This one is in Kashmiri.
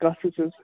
کَس